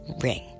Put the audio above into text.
ring